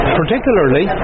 particularly